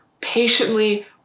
patiently